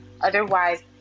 Otherwise